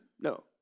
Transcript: No